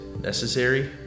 necessary